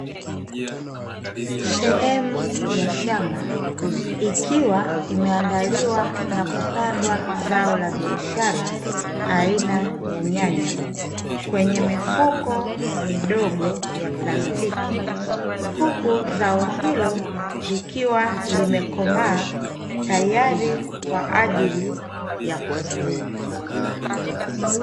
Sehemu ya shamba, ikiwa imeandaliwa na kupandwa zao la biashara aina ya nyanya kwenye mifuko midogo ya plastiki, huku zao hilo likiwa limekomaa tayari kwa ajili ya kuvunwa.